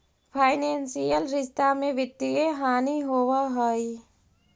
financial रिश्त में वित्तीय हानि होवऽ हई